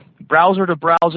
browser-to-browser